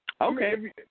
Okay